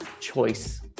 choice